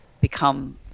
become